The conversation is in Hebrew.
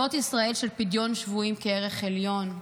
זאת ישראל של פדיון שבויים כערך עליון,